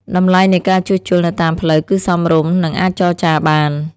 តម្លៃនៃការជួសជុលនៅតាមផ្លូវគឺសមរម្យនិងអាចចរចាបាន។